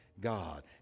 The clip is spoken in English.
God